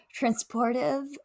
transportive